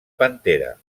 pantera